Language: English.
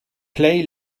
play